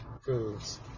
foods